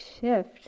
shift